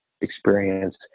experience